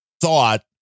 thought